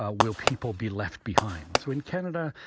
ah will people be left behind? so in canada?